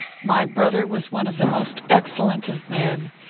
my brother was one of the most excellent of men.